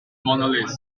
monolith